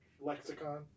lexicon